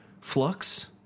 flux